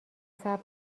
صبر